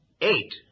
Eight